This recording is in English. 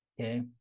Okay